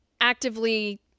actively